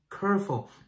careful